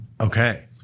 Okay